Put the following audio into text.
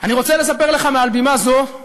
אני רוצה לספר לך מעל בימה זו,